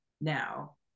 now